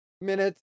minutes